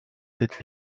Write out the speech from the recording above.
sept